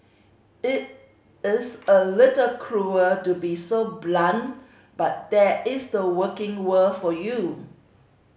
it is a little cruel to be so blunt but that is the working world for you